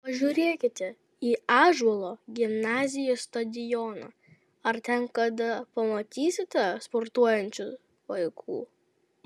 pažiūrėkite į ąžuolo gimnazijos stadioną ar ten kada pamatysite sportuojančių vaikų